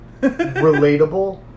relatable